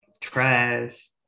trash